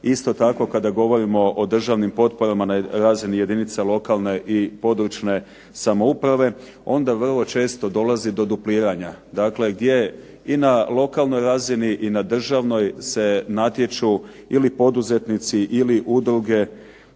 Isto tako kada govorimo o državnim potporama na razini jedinica lokalne i područne samouprave onda vrlo često dolazi do duplirana, dakle gdje i na lokalnoj razini i na državnoj se natječu ili poduzetnici ili udruge,